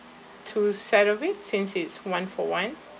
two set of it since it's one for one